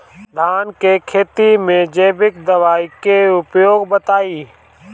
धान के खेती में जैविक दवाई के उपयोग बताइए?